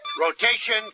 Rotation